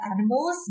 animals